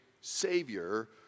savior